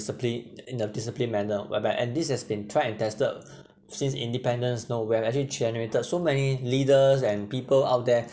discipline in a discipline manner whereby and this has been tried and tested since independence know when actually generated so many leaders and people out there